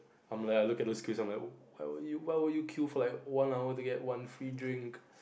I'm like looking those queue and I would I would you why would you queue for like one hour to get one free drink